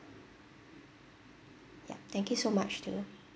yup thank you so much too